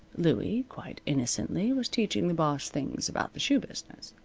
louie, quite innocently, was teaching the boss things about the shoe business.